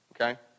okay